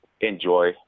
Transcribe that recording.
enjoy